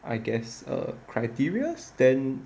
I guess err criterias then